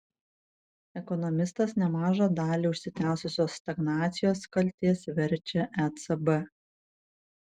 ekonomistas nemažą dalį užsitęsusios stagnacijos kaltės verčia ecb